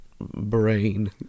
brain